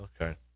Okay